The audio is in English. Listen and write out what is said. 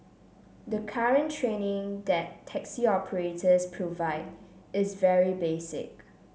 the current training that taxi operators provide is very basic